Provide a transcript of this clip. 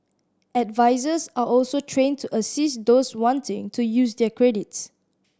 advisers are also trained to assist those wanting to use their credits